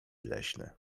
leśne